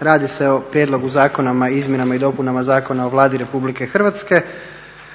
radi se o prijedlogu zakona o izmjenama i dopunama Zakona o Vladi RH kojom bi se